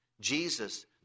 Jesus